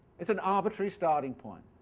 it's an arbitrary starting point.